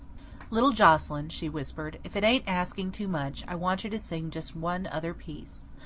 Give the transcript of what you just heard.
little joscelyn, she whispered, if it ain't asking too much, i want you to sing just one other piece.